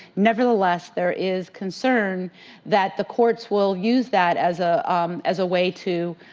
nevertheless, there is concern that the courts will use that as ah um as a way to